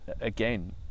again